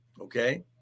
okay